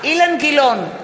אילן גילאון,